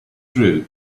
through